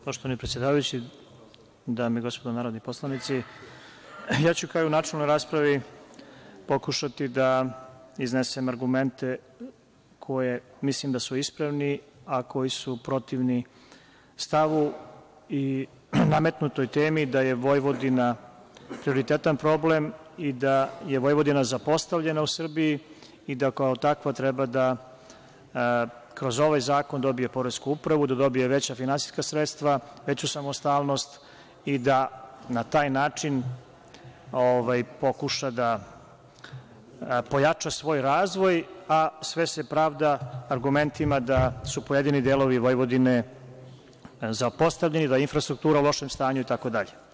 Poštovani predsedavajući, dame i gospodo narodni poslanici, ja ću kao i u načelnoj raspravi pokušati da iznesem argumente koji mislim da su ispravni, a koji su protivni stavu i nametnutoj temi da je Vojvodina, prioritetan problem i da je Vojvodina zapostavljena u Srbiji, i da kao takva treba da kroz ovaj zakon dobije poresku upravu, da dobije veća finansijska sredstva, veću samostalnost i da na taj način pokuša da pojača svoj razvoj, a sve se pravda argumentima, da su pojedini delovi Vojvodine, zapostavljeni, da je infrastruktura u lošem stanju itd.